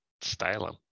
styling